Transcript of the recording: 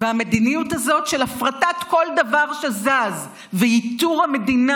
והמדיניות הזאת של הפרטת כל דבר שזז וייתור המדינה